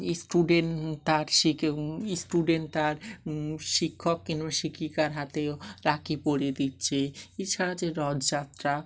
student তার শিকে student তার শিক্ষক কিংবা শিক্ষিকার হাতেও রাখি পরিয়ে দিচ্ছে এছাড়া যে রথযাত্রা